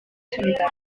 solitario